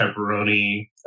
pepperoni